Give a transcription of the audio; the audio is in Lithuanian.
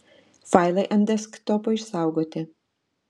failai ant desktopo išsaugoti